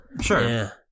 Sure